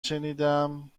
شنیدم